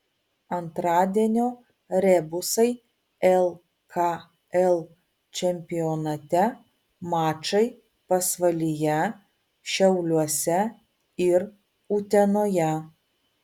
antradienio rebusai lkl čempionate mačai pasvalyje šiauliuose ir utenoje